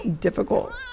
difficult